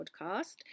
podcast